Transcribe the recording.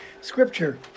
Scripture